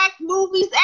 movies